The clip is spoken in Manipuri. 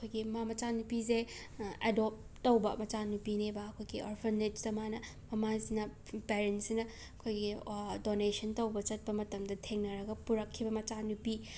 ꯑꯩꯈꯣꯏꯒꯤ ꯃꯥ ꯃꯆꯥꯅꯨꯄꯤꯁꯦ ꯑꯦꯗꯣꯞ ꯇꯧꯕ ꯃꯆꯥꯅꯨꯄꯤꯅꯦꯕ ꯑꯩꯈꯣꯏꯒꯤ ꯑꯣꯔꯐꯅꯦꯆ ꯑꯃꯗ ꯃꯃꯥꯁꯤꯅ ꯄꯦꯔꯦꯟꯁꯤꯅ ꯑꯩꯈꯣꯏꯒꯤ ꯗꯣꯅꯦꯁꯟ ꯇꯧꯕ ꯆꯠꯄ ꯃꯇꯝꯗ ꯊꯦꯡꯅꯔꯒ ꯄꯨꯔꯛꯈꯤꯕ ꯃꯆꯥꯅꯨꯄꯤ